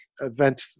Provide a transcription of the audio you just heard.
event